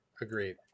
Agreed